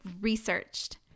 researched